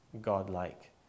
godlike